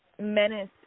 Menace